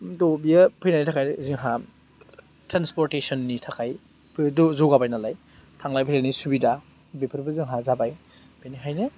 द' बेयो फैनायनि थाखाय जोंहा ट्रेन्सपरटेसन नि थाखायबो द' जौगाबाय नालाय थांलाय फैलायनि सुबिदा बेफोरबो जोंहा जाबाय बेनिखायनो